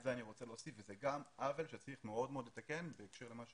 את זה אני רוצה להוסיף וזה גם עוול שחשוב מאוד לתקן בהקשר למה שאמרנו.